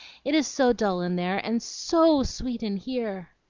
it is so dull in there, and so sweet in here!